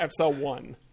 XL1